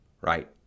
Right